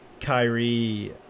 Kyrie